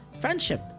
friendship